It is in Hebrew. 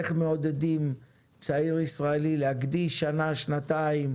איך מעודדים צעיר ישראלי להקדיש שנה שנתיים,